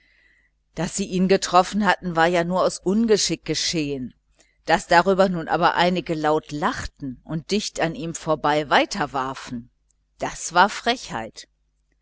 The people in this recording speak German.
daß sie ihn getroffen hatten war ja nur aus ungeschick geschehen daß nun aber einige laut darüber lachten und dicht an ihm vorbei weiter warfen das war frechheit